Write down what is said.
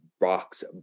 box